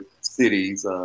cities